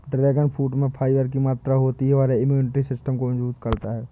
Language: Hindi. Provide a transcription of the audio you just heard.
ड्रैगन फ्रूट में फाइबर की मात्रा होती है और यह इम्यूनिटी सिस्टम को मजबूत करता है